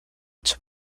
its